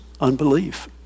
unbelief